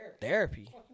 Therapy